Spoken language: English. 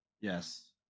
Yes